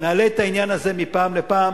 נעלה את העניין הזה מפעם לפעם,